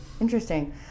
interesting